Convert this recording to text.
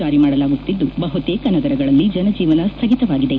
ಜಾರಿ ಮಾಡಲಾಗುತ್ತಿದ್ದು ಬಹುತೇಕ ನಗರಗಳಲ್ಲಿ ಜನಜೀವನ ಸ್ಥಗಿತವಾಗಿದೆ